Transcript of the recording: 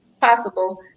possible